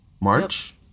March